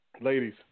ladies